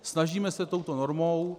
Snažíme se touto normou.